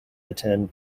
attend